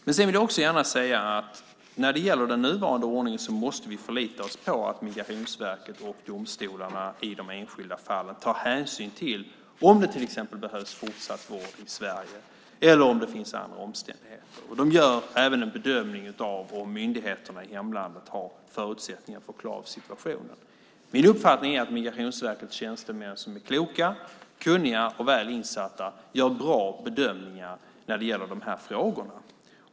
Sedan vill jag också gärna säga att när det gäller den nuvarande ordningen måste vi förlita oss på att Migrationsverket och domstolarna i de enskilda fallen tar hänsyn till om det till exempel behövs fortsatt vård i Sverige eller om det finns andra omständigheter. De gör även en bedömning av om myndigheterna i hemlandet har förutsättningar för att klara av situationen. Min uppfattning är att Migrationsverkets tjänstemän, som är kloka, kunniga och väl insatta, gör bra bedömningar i de här frågorna.